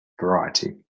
variety